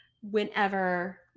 whenever